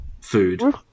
food